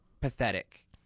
pathetic